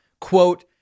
quote